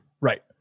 right